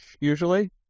usually